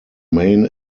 main